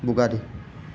Bugatti